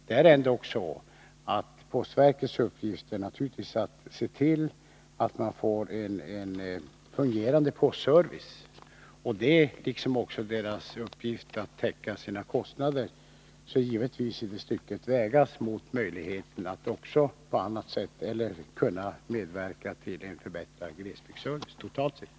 Det är ändå så att postverkets uppgift naturligtvis är att se till att vi får en fungerande postservice. Denna postverkets uppgift liksom uppgiften att täcka sina kostnader skall givetvis vägas mot möjligheten att medverka till en förbättrad glesbygdsservice totalt sett.